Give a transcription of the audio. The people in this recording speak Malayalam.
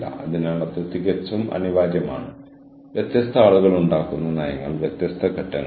അതിനാൽ വെല്ലുവിളി വർദ്ധിപ്പിക്കുന്നതിന് ഭാവിയിൽ കൂടുതൽ വെല്ലുവിളി നിറഞ്ഞ ജോലികൾക്കായി നിങ്ങൾ അവർക്ക് കൂടുതൽ അവസരങ്ങൾ നൽകുന്നു